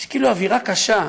יש כאילו אווירה קשה,